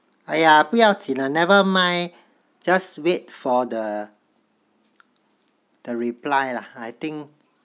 !aiya! 不要紧 lah nevermind just wait for the the reply lah I think